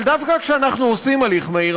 אבל דווקא כשאנחנו עושים הליך מהיר,